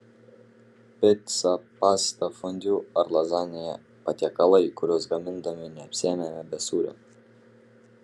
pica pasta fondiu ar lazanija patiekalai kuriuos gamindami neapsieiname be sūrio